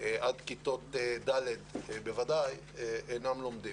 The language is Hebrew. עד כיתות ד' בוודאי, אינם לומדים.